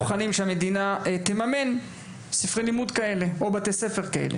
הוועדה מתנגדת למימון ספרי לימוד מסוג זה ולמתן תקציבים לבתי ספר בהם